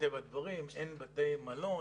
אין בתי מלון,